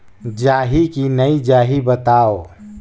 जाही की नइ जाही बताव?